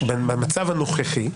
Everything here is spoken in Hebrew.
במצב הנוכחי,